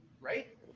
right